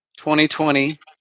2020